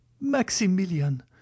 Maximilian